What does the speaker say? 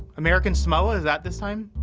american samoa is at this time.